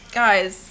guys